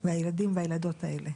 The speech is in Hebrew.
שהם יכולים לשתף, שהם יכולים לדבר,